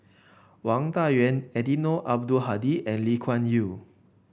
Wang Dayuan Eddino Abdul Hadi and Lee Kuan Yew